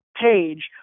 page